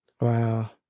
Wow